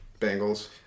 Bengals